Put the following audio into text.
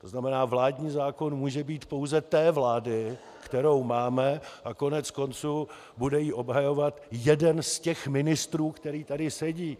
To znamená, vládní zákon může být pouze té vlády, kterou máme, a koneckonců bude ji obhajovat jeden z těch ministrů, který tady sedí.